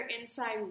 inside